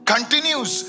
Continues